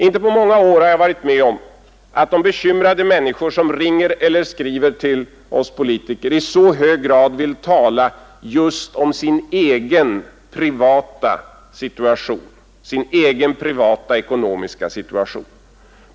Inte på många år har jag varit med om att de bekymrade människor som ringer eller skriver till oss politiker i så hög grad vill tala just om sin egen ekonomiska situation.